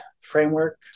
framework